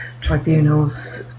tribunals